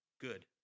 good